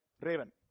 raven